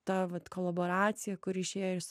ta vat kolaboracija kuri išėjo iš